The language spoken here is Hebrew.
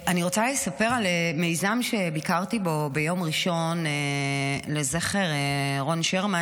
אני רוצה לספר על מיזם שביקרתי בו ביום ראשון לזכר רון שרמן,